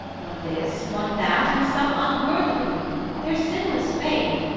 one this, one that, and some unworthily their sinless faith,